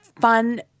fun